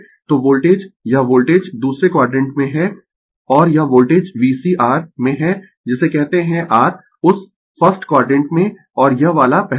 तो वोल्टेज यह वोल्टेज दूसरे क्वाडरेंट में है और यह वोल्टेज VC r में है जिसे कहते है r उस 1st क्वाडरेंट में और यह वाला पहला है